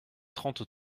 trente